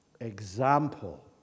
example